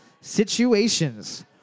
situations